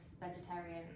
vegetarian